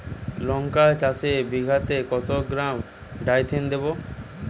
লঙ্কা চাষে বিঘাতে কত গ্রাম ডাইথেন দেবো?